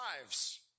lives